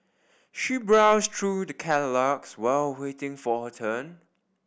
she browsed through the catalogues while waiting for her turn